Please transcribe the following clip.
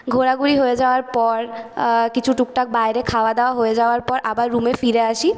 ঘোরাঘুরি হয়ে যাওয়ার পর কিছু টুকটাক বাইরে খাওয়া দাওয়া হয়ে যাওয়ার পর আবার রুমে ফিরে আসি